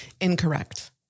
Incorrect